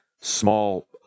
small